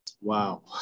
Wow